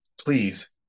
please